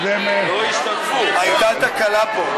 לא השתתפו, לא השתתפו.